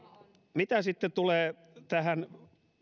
mitä sitten tulee tähän